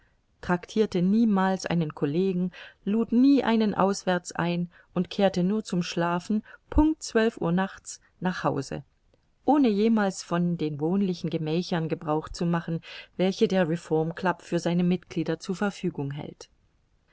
tractirte niemals einen collegen lud nie einen auswärts ein und kehrte nur zum schlafen punkt zwölf uhr nachts nach hause ohne jemals von den wohnlichen gemächern gebrauch zu machen welche der reformclub für seine mitglieder zur verfügung hält